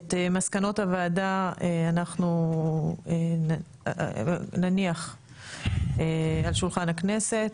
את מסקנות הוועדה אנחנו נניח על שולחן הכנסת.